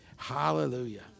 Hallelujah